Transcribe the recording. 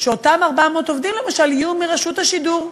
שאותם 400 עובדים למשל יהיו מרשות השידור.